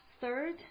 third